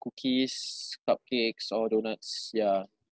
cookies cupcakes or donuts yeah